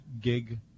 gig